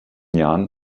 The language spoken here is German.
jahren